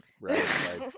Right